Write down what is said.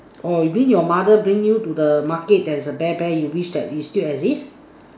orh you mean your mother bring you to the Market there's a bear bear you wish that it still exist